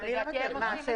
לא ידוע לי דבר כזה.